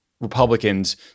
Republicans